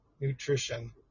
nutrition